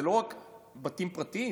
זה לא רק בתים פרטיים,